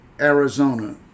Arizona